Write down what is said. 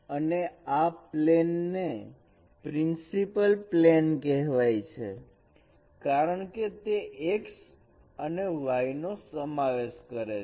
અને આ પ્લેન ને પ્રિન્સિપલ પ્લેન કહેવાય છે કારણકે તે x અને y નો સમાવેશ કરે છે